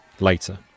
Later